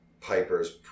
Piper's